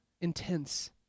intense